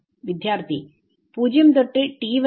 വിദ്യാർത്ഥി 0 തൊട്ട് t വരെ